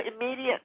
immediate